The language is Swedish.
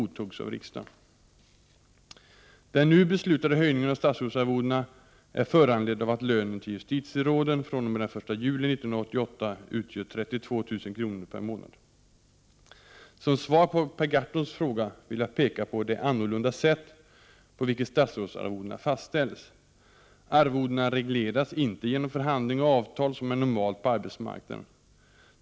Den nu beslutade höjningen av statsrådsarvodena är föranledd av att lönen till justitieråden fr.o.m. den 1 juli 1988 utgör 32 000 kr. per månad. Som svar på Per Gahrtons fråga vill jag peka på det annorlunda sätt på vilket statsrådsarvodena fastställs. Arvodena regleras inte genom förhandling och avtal som är normalt på arbetsmarknaden.